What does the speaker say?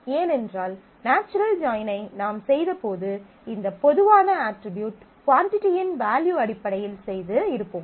ஏனென்றால் நாச்சுரல் ஜாயினை நாம் செய்தபோது இந்த பொதுவான அட்ரிபியூட் குவான்டிட்டியின் வேல்யூ அடிப்படையில் செய்து இருப்போம்